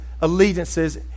allegiances